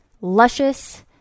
luscious